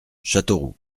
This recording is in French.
châteauroux